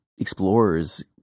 explorers